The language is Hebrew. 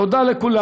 תודה לכולם.